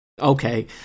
Okay